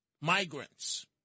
Migrants